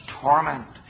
torment